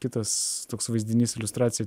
kitas toks vaizdinys iliustracijoj